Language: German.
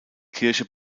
kirche